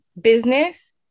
business